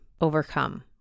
overcome